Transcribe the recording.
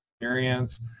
experience